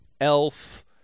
elf